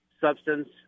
substance